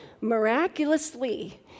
Miraculously